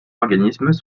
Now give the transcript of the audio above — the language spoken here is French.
organismes